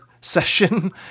session